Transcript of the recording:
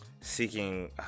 Seeking